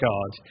God